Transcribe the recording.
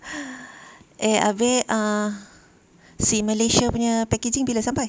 eh abeh ah si Malaysia punya packaging bila sampai